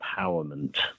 empowerment